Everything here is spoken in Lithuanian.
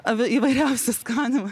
av įvairiausių skonių